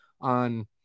on